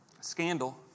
Scandal